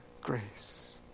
grace